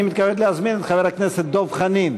אני מתכבד להזמין את חבר הכנסת דב חנין